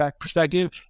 perspective